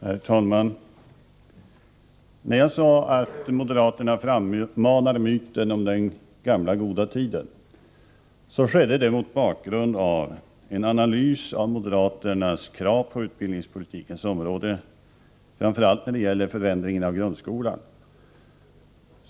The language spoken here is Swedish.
Herr talman! När jag sade att moderaterna frammanar myten om den gamla goda tiden skedde det mot bakgrund av en analys av moderaternas krav på utbildningspolitikens område, framför allt när det gäller förändringen av grundskolan.